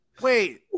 Wait